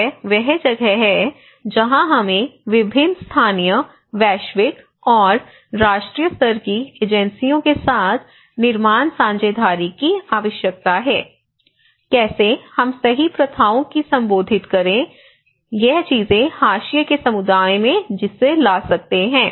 यह वह जगह है जहां हमें विभिन्न स्थानीय वैश्विक और राष्ट्रीय स्तर की एजेंसियों के साथ निर्माण साझेदारी की आवश्यकता है कैसे हम सही प्रथाओं की संबोधित करके यह चीजें हाशिए के समुदायों में ला सकते हैं